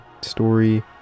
story